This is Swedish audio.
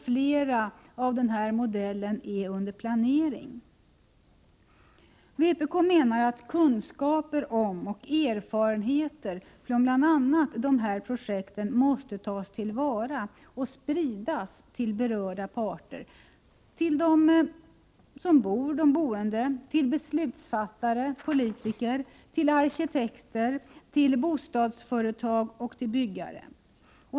Fler av denna modell är under planering. Vpk menar att kunskaper och erfarenheter från bl.a. dessa projekt måste tas till vara och spridas till berörda parter, till de boende, beslutsfattare, politiker, arkitekter, bostadsföretag och byggare.